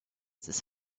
this